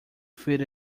fit